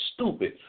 stupid